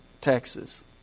Texas